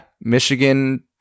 Michigan